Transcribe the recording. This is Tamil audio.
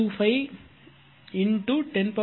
25 10 3